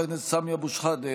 חבר הכנסת סמי אבו שחאדה,